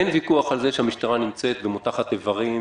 אין ויכוח על זה שהמשטרה נמצאת ומותחת איברים,